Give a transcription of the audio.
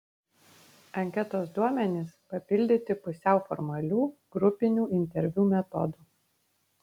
anketos duomenys papildyti pusiau formalių grupinių interviu metodu